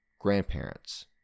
grandparents